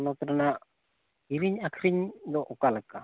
ᱱᱚᱣᱟ ᱠᱚᱨᱮᱱᱟᱜ ᱠᱤᱨᱤᱧ ᱟᱹᱠᱷᱨᱤᱧ ᱫᱚ ᱚᱠᱟ ᱞᱮᱠᱟ